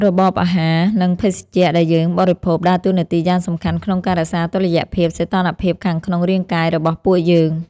របបអាហារនិងភេសជ្ជៈដែលយើងបរិភោគដើរតួនាទីយ៉ាងសំខាន់ក្នុងការរក្សាតុល្យភាពសីតុណ្ហភាពខាងក្នុងរាងកាយរបស់ពួកយើង។